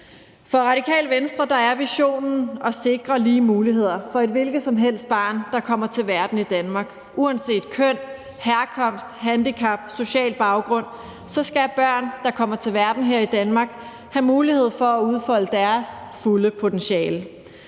For Radikale Venstre er visionen at sikre lige muligheder for et hvilket som helst barn, der kommer til verden i Danmark. Uanset køn, herkomst, handicap, social baggrund skal børn, der kommer til verden her i Danmark, have mulighed for at udfolde deres fulde potentiale.